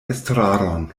estraron